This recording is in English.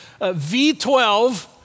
V12